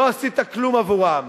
לא עשית כלום עבורם.